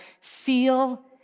seal